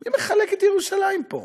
מי מחלק את ירושלים פה?